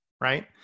right